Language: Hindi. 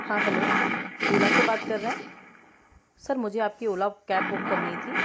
हाँ हेलो ओला से बात कर रहें सर मुझे आप की ओला कैब बुक करनी थी